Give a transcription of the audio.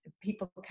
people